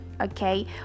okay